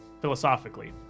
philosophically